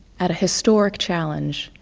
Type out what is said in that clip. at a historic challenge,